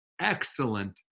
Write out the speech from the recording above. excellent